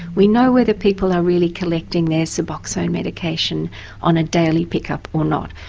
we know whether people are really collecting their suboxone medication on a daily pick-up or not.